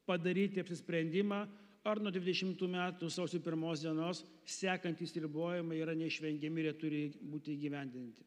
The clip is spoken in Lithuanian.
padaryti apsisprendimą ar nuo dvidešimtų metų sausio pirmos dienos sekantys ribojimai yra neišvengiami ir jie turi būti įgyvendinti